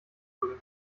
würde